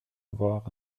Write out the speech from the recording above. voir